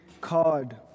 card